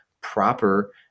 proper